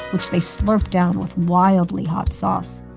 which they slurped down with wildly hot sauce